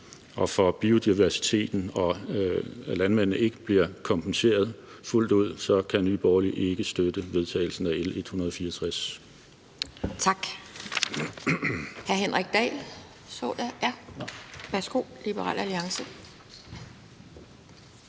og biodiversiteten og landmændene ikke bliver kompenseret fuldt ud, kan Nye Borgerlige ikke støtte vedtagelsen af L 164. Kl.